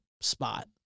spot